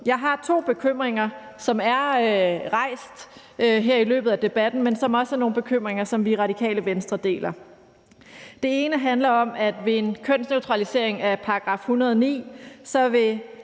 Jeg har to bekymringer, som er blevet rejst her i løbet af debatten, men som også er nogle bekymringer, som vi i Radikale Venstre deler. Den ene handler om, at ved en kønsneutralisering af § 109 vil